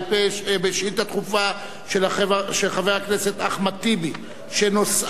דחופה של חבר הכנסת אחמד טיבי שנושאה: